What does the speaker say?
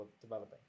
developing